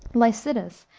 lycidas,